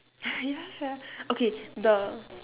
ya sia okay the